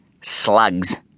Slugs